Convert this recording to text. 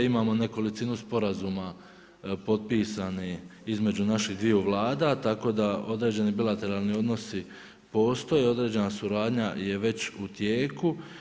Imamo nekolicinu sporazuma potpisani između naših dviju Vlada tako da određeni bilateralni odnosi postoje i određena suradnja je već u tijelu.